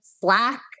Slack